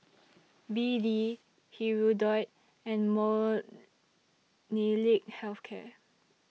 B D Hirudoid and Molnylcke Health Care